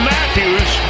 Matthews